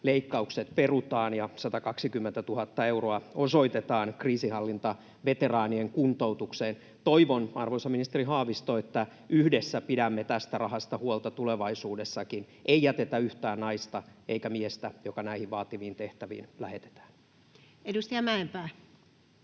leikkaukset perutaan ja 120 000 euroa osoitetaan kriisinhallintaveteraanien kuntoutukseen. Toivon, arvoisa ministeri Haavisto, että yhdessä pidämme tästä rahasta huolta tulevaisuudessakin. Ei jätetä yhtään naista eikä miestä, joka näihin vaativiin tehtäviin lähetetään. Edustaja Mäenpää.